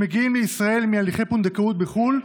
שמגיעים לישראל מהליכי פונדקאות בחו"ל,